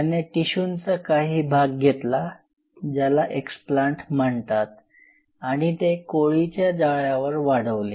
त्याने टिशूंचा काही भाग घेतला ज्याला एक्सप्लांट म्हणतात आणि ते कोळीच्या जाळ्यावर वाढवले